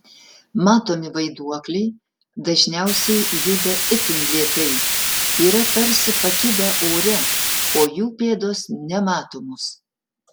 matomi vaiduokliai dažniausiai juda itin lėtai yra tarsi pakibę ore o jų pėdos nematomos